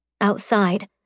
Outside